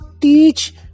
teach